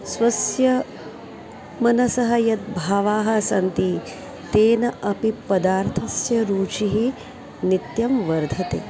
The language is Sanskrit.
स्वस्य मनसः यद्भावाः सन्ति तेन अपि पदार्थस्य रुचिः नित्यं वर्धते